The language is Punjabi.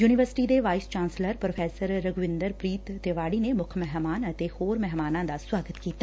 ਯੂਨੀਵਰਸਿਟੀ ਦੇ vice chancellor professor Raghvinder Preet Tiwari ਨੇ ਮੁੱਖ ਮਹਿਮਾਨ ਅਤੇ ਹੋਰ ਮਹਿਮਾਨਾਂ ਦਾ ਸੁਆਗਤ ਕੀਤਾ